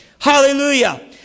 Hallelujah